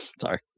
Sorry